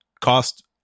cost